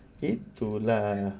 itu lah